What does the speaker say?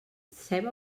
ceba